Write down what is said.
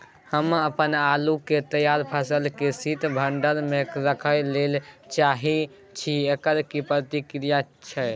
हम अपन आलू के तैयार फसल के शीत भंडार में रखै लेल चाहे छी, एकर की प्रक्रिया छै?